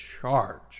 charge